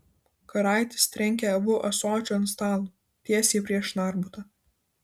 karaitis trenkė abu ąsočiu ant stalo tiesiai prieš narbutą